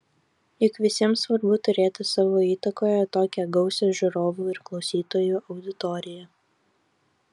juk visiems svarbu turėti savo įtakoje tokią gausią žiūrovų ir klausytojų auditoriją